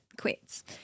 quits